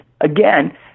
again